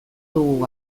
dugu